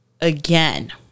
again